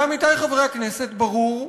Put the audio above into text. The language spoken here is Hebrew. עמיתי חברי הכנסת, ברור,